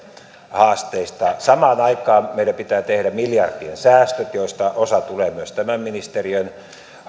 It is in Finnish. haasteista samaan aikaan meidän pitää tehdä miljardien säästöt joista osa tulee myös tämän ministeriön